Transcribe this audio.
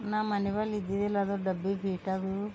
ನಮ್ಮನೆ ಬಲ್ ಇದ್ದಿದ್ದಿಲ್ಲ ಅದು ಡಬ್ಬಿ ಬೀಟದು